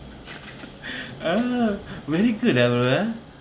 ah very good ah bro